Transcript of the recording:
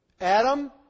Adam